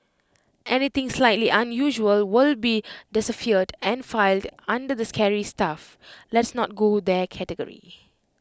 anything slightly unusual will be deciphered and filed under the scary stuff let's not go there category